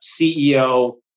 CEO